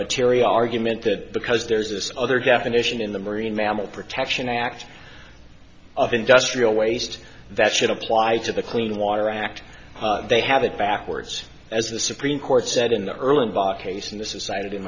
materia argument that because there's this other definition in the marine mammal protection act of industrial waste that should apply to the clean water act they have it backwards as the supreme court said in the early invite case in the society